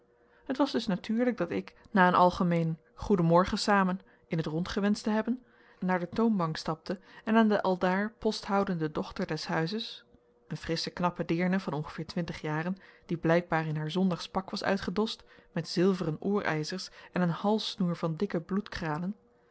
het was dus natuurlijk dat ik na een algemeenen goeden morgen samen in t rond gewenscht te hebben naar de toonbank stapte en aan de aldaar post houdende dochter des huizes een frissche knappe deerne van ongeveer twintig jaren die blijkbaar in haar zondagspak was uitgedost met zilveren oorijzers en een halssnoer van dikke